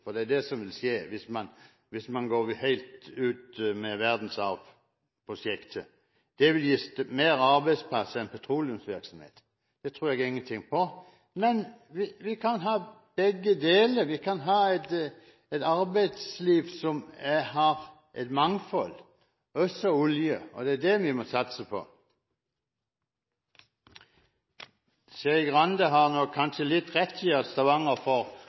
verdensarvprosjektet vil gi flere arbeidsplasser enn petroleumsvirksomheten, det tror jeg ingenting på. Vi kan ha begge deler. Vi kan ha et arbeidsliv som har et mangfold, også olje, og det er det vi må satse på. Skei Grande har nok kanskje litt rett i at Stavanger får arbeidsplasser, men det som er godt for